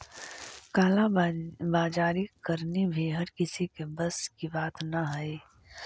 काला बाजारी करनी भी हर किसी के बस की बात न हई